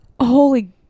holy